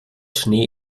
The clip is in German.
schnee